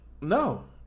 No